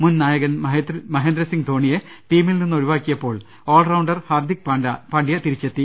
മുൻ നായകൻ മഹേന്ദ്രസിങ്ങ് ധോണിയെ ടീമിൽ നിന്ന് ഒഴിവാക്കിയപ്പോൾ ഓൾറൌണ്ടർ ഹർദിക് പാണ്ഡൃ തിരിച്ചെ ത്തി